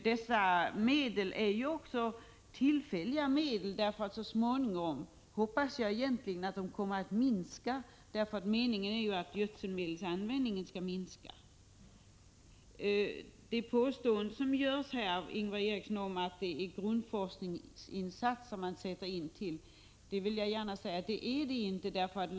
Dessa avgiftsmedel är också tillfälliga medel — så småningom hoppas jag att de kommer att minska, eftersom meningen är att gödselmedelanvändningen skall minska. Ingvar Eriksson påstår att det också handlar om grundforskningsinsatser som jordbruket måste finansiera. Jag vill säga: Det är det inte.